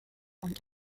und